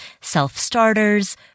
self-starters